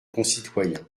concitoyens